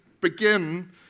begin